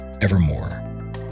evermore